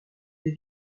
des